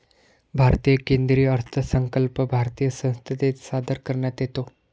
भारतीय केंद्रीय अर्थसंकल्प भारतीय संसदेत सादर करण्यात येतो